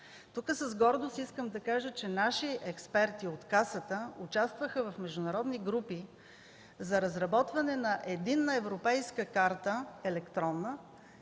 Тук с гордост искам да кажа, че наши експерти от Касата участваха в международни групи за разработване на Единна европейска електронна